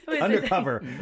Undercover